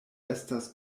estas